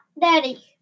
daddy